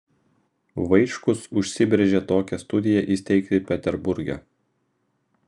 vaičkus užsibrėžė tokią studiją įsteigti peterburge